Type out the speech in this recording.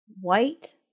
white